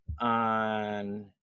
on